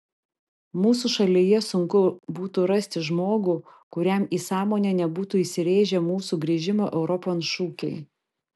mūsų šalyje sunku būtų rasti žmogų kuriam į sąmonę nebūtų įsirėžę mūsų grįžimo europon šūkiai